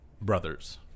brothers